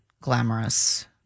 glamorous